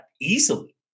easily